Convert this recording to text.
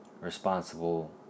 Responsible